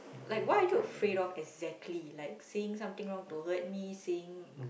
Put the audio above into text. like what are you afraid of exactly like saying something wrong to hurt me saying